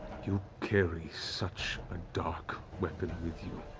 you carry such a dark weapon with you.